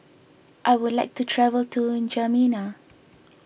I would like to travel to N'Djamena